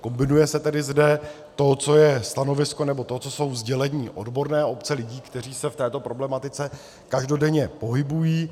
Kombinuje se tedy zde to, co je stanovisko, nebo to, co jsou sdělení odborné obce lidí, kteří se v této problematice každodenně pohybují.